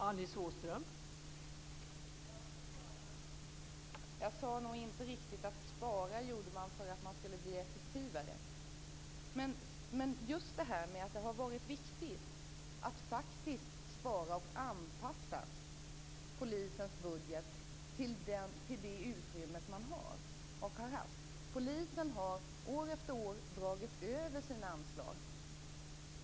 Fru talman! Jag sade nog inte riktigt att man sparade för att bli effektivare. Men det har varit viktigt att spara och anpassa Polisens budget till det utrymme man har. Polisen har år efter år dragit över sina anslag.